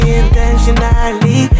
intentionally